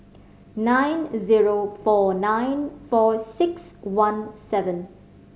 nine zero four nine four six one seven